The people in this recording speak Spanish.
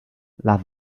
las